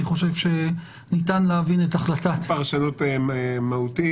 אני חושבת שניתן להבין את החלטת --- פרשנות מהותית,